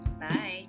Bye